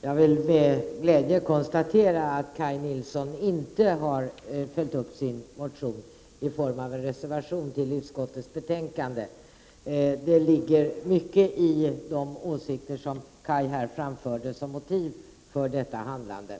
Herr talman! Jag vill med glädje konstatera att Kaj Nilsson inte har följt upp sin motion i form av en reservation till utskottets betänkande. Det ligger mycket i de åsikter som Kaj Nilsson här framförde som motiv för detta handlande.